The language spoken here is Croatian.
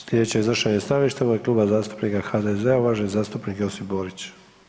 Sljedeće iznošenje stajališta u ime Kluba zastupnika HDZ-a uvaženi zastupnik Josip Borić.